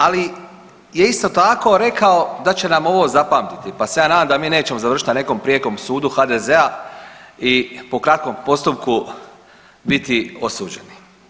Ali je isto tako rekao da će nam ovo zapamtiti, pa se ja nadam da mi nećemo završiti na nekom prijekom sudu HDZ-a i po kratkom postupku biti osuđeni.